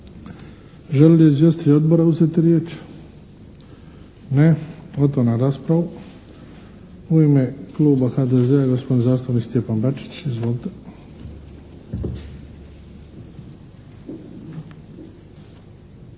Želi li izvjestitelj odbora uzeti riječ? Ne. Otvaram raspravu. U ime Kluba HDZ-a gospodin zastupnik Stjepan Bačić. Izvolite.